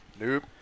Nope